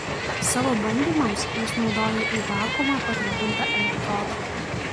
savo bandymams jis naudojo į vakuumą patalpintą elektrodą